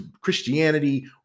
Christianity